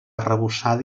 arrebossada